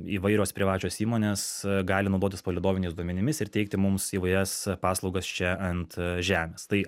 įvairios privačios įmonės gali naudotis palydoviniais duomenimis ir teikti mums įvairias paslaugas čia ant žemės tai